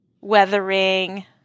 weathering